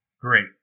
great